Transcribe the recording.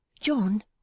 John